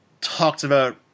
talked-about